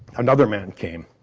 another man came.